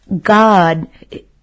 God